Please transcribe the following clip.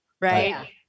right